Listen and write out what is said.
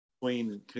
queen